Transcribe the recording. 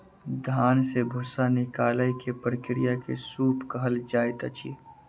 धान से भूस्सा निकालै के प्रक्रिया के सूप कहल जाइत अछि